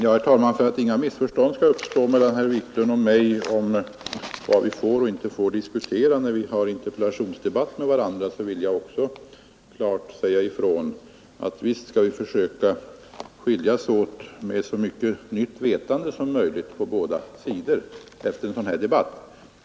Herr talman! För att inga missförstånd skall uppstå mellan herr Wiklund och mig om vad vi får och inte får diskutera i en interpellationsdebatt vill jag också klart säga ifrån, att visst skall vi försöka skiljas åt med så mycket nytt vetande som möjligt på båda sidor efter en sådan här debatt.